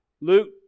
Luke